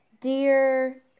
dear